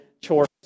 chores